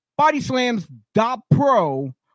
bodyslams.pro